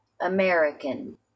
American